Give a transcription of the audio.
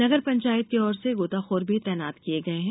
नंगर पंचायत की ओर से गोताखोर भी तैनात किये गये हैं